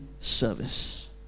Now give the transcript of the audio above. service